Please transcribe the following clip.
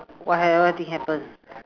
what ha~ what thing happen